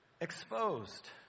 exposed